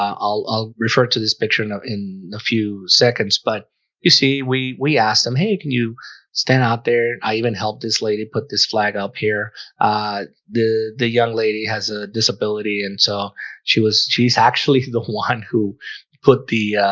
um i'll refer to this picture and in a few seconds, but you see we we asked him hey, can you stand out there? i even helped this lady put this flag up here the the young lady has a disability. and so she was she's actually the one who put the